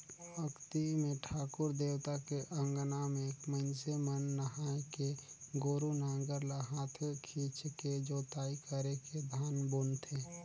अक्ती मे ठाकुर देवता के अंगना में मइनसे मन नहायके गोरू नांगर ल हाथे खिंचके जोताई करके धान बुनथें